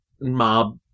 mob